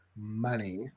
money